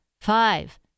five